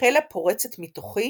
”החלה פורצת מתוכי